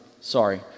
Sorry